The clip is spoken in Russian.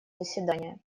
заседания